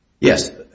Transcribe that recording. Yes